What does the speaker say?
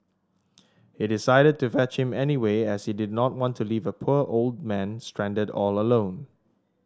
he decided to fetch him anyway as he did not want to leave a poor old man stranded all alone